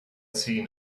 seen